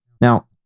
Now